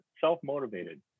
self-motivated